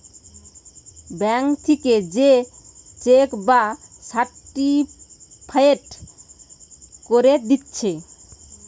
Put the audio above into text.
bank থিকে যে cheque টা সার্টিফায়েড কোরে দিচ্ছে